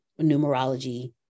numerology